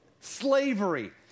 slavery